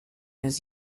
his